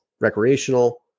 recreational